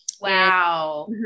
Wow